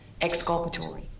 exculpatory